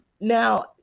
Now